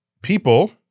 people